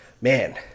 man